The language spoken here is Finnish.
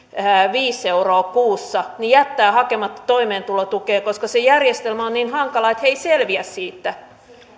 euroa kuussa jättävät hakematta toimeentulotukea koska se järjestelmä on niin hankala että he eivät selviä siitä